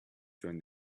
join